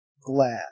glad